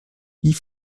wie